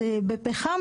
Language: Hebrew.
בפחם,